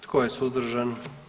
Tko je suzdržan?